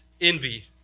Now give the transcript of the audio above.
envy